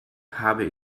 habe